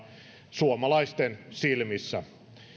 suomalaisten silmissä